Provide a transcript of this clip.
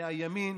מהימין